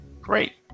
great